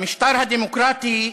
במשטר הדמוקרטי,